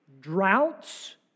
droughts